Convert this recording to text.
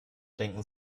denken